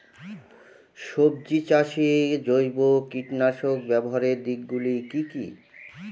সবজি চাষে জৈব কীটনাশক ব্যাবহারের দিক গুলি কি কী?